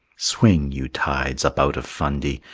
swing, you tides, up out of fundy!